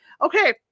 Okay